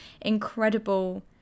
incredible